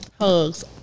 hugs